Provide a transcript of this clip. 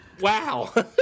wow